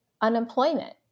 unemployment